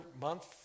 month